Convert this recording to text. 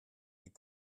die